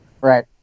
Right